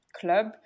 club